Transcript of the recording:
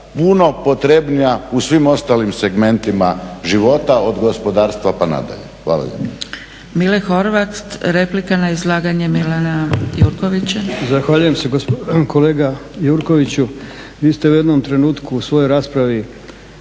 puno potrebnija u svim ostalim segmentima života od gospodarstva pa nadalje. Hvala